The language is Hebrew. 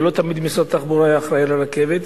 ולא תמיד משרד התחבורה היה אחראי לרכבת,